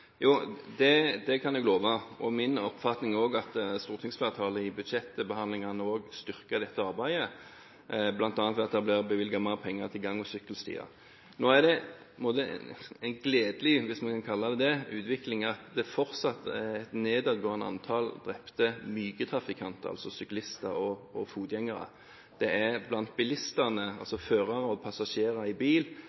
Det kan jeg love. Min oppfatning er at også stortingsflertallet styrker dette arbeidet i budsjettbehandlingene, bl.a. ved at det blir bevilget mer penger til gang- og sykkelstier. Det er på en måte en gledelig – hvis en kan kalle det det – utvikling at det fortsatt er en nedgang i antall drepte myke trafikanter, dvs. syklister og fotgjengere. Det er blant bilistene